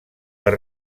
per